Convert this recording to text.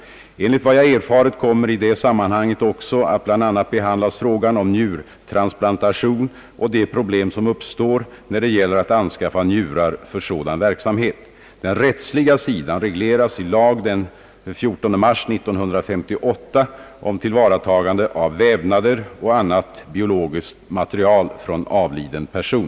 Enligt vad jag erfarit kommer i det sammanhanget också att bl.a. behandlas frågan om njurtransplanta tion och de problem som uppstår när det gäller att anskaffa njurar för sådan verksamhet. Den rättsliga sidan regleras i lag den 14 mars 1958 om tillvaratagande av vävnader och annat biologiskt material från avliden person.